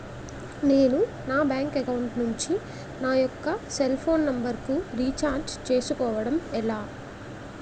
నేను నా bank account నుంచి నా యెక్క సెల్ ఫోన్ నంబర్ కు రీఛార్జ్ చేసుకోవడం ఎలా?